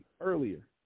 earlier